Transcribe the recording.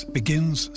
begins